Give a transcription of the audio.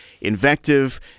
invective